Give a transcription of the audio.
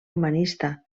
humanista